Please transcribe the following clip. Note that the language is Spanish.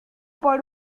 por